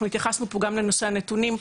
אנחנו התייחסנו פה גם לנושא הנתונים,